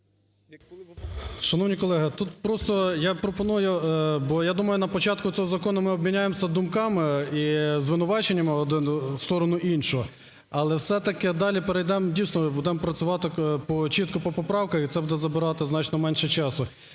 Шановні колеги, тут просто я пропоную. Бо я думаю, на початку цього закону ми обміняємось думками і звинуваченнями один в сторону іншого, але все-таки далі перейдемо і дійсно будемо працювати чітко по поправках, і це буде забирати значно менше часу.